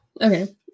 Okay